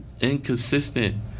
inconsistent